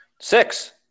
Six